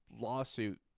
lawsuit